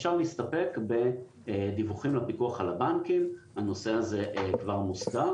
אפשר להסתפק בדיווחים לפיקוח על הבנקים והנושא הזה כבר מוסכם